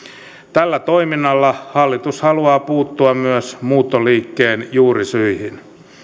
tällä toiminnalla hallitus haluaa puuttua myös muuttoliikkeen juurisyihin